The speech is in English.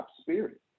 spirit